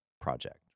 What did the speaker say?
project